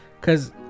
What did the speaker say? Cause